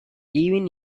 even